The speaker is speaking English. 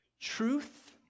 Truth